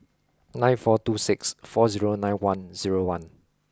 nine four two six four zero nine one zero one